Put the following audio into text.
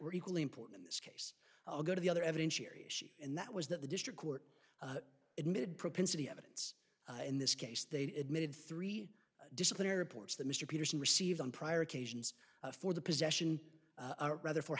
equally important in this case i'll go to the other evidence here and that was that the district court admitted propensity evidence in this case they admitted three disciplinary ports that mr peterson received on prior occasions for the possession rather for